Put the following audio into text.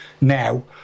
now